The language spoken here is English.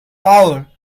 power